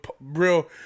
real